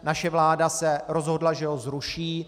Naše vláda se rozhodla, že ho zruší.